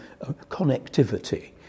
connectivity